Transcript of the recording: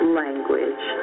language